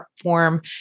form